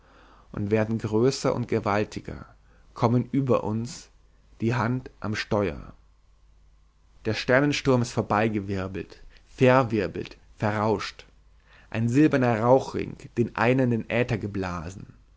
und werden größer und gewaltiger kommen über uns die hand am steuer der sternensturm ist vorbeigewirbelt verwirbelt verrauscht ein silberner rauchring den einer in den äther geblasen